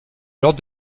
lors